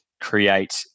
create